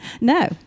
No